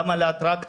גם על האטרקציות.